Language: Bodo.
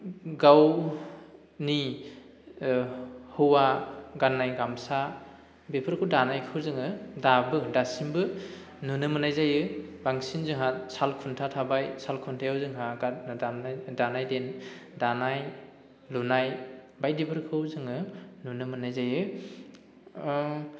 गावनि हौवा गाननाय गामसा बेफोरखौ दानायखौ जोङो दाबो दासिमबो नुनो मोननाय जायो बांसिन जोंहा साल खुन्था थाबाय साल खुन्थायाव जोंहा दानाय देनाय दानाय लुनाय बायदिफोरखौ जोङो नुनो मोननाय जायो